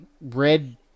red